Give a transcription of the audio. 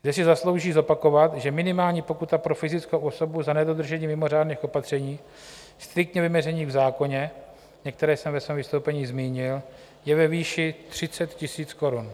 Zde si zaslouží zopakovat, že minimální pokuta pro fyzickou osobu za nedodržení mimořádných opatření striktně vymezených v zákoně, některé jsem ve svém vystoupení zmínil, je ve výši 30 000 korun.